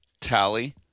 tally